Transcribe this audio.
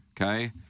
okay